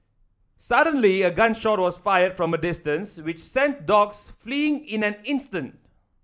suddenly a gun shot was fired from a distance which sent the dogs fleeing in an instant